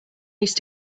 used